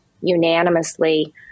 unanimously